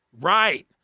Right